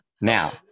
Now